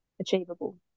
achievable